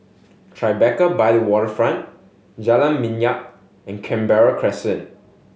Tribeca by the Waterfront Jalan Minyak and Canberra Crescent